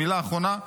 מילה אחרונה.